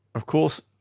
of course,